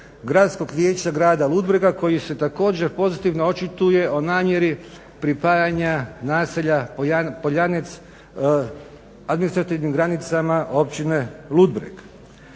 Gradskog vijeća Grada Ludbrega koji se također pozitivno očituje o namjeri pripajanja naselja Poljanec administrativnim granicama Općine Ludbreg.